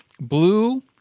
Blue